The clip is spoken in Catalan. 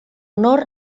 honor